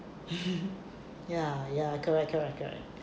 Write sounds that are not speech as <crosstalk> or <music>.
<laughs> ah ya correct correct correct